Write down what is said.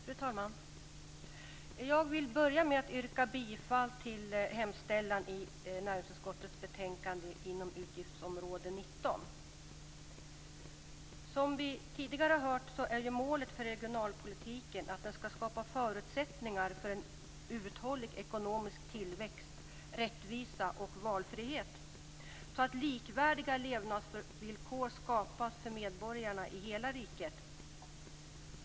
Fru talman! Jag vill börja med att yrka bifall till hemställan i näringsutskottets betänkande 2 som behandlar utgiftsområde 19. Som vi tidigare hört är målen för regionalpolitiken att den skall skapa förutsättningar för en uthållig ekonomisk tillväxt, rättvisa och valfrihet så att likvärdiga levnadsvillkor skapas för medborgarna i hela riket.